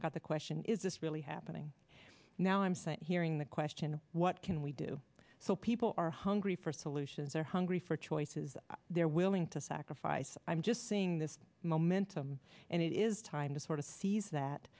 i got the question is this really happening now i'm sent hearing the question what can we do so people are hungry for solutions are hungry for choices they're willing to sacrifice i'm just seeing this momentum and it is time to sort of se